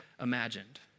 imagined